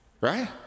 right